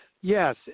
Yes